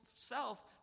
self